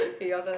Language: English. okay your turn